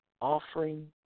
Offering